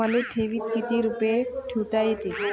मले ठेवीत किती रुपये ठुता येते?